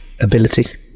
ability